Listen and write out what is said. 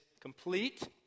complete